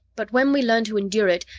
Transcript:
but when we learn to endure it,